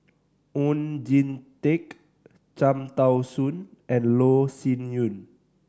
Oon Jin Teik Cham Tao Soon and Loh Sin Yun